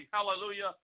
Hallelujah